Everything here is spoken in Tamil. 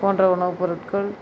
போன்ற உணவுப் பொருட்கள்